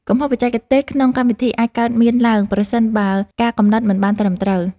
កំហុសបច្ចេកទេសក្នុងកម្មវិធី អាចកើតមានឡើង ប្រសិនបើការកំណត់មិនបានត្រឹមត្រូវ។